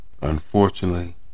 Unfortunately